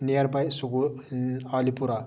near بَے عالی پورہ